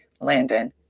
Landon